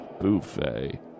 Buffet